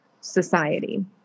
society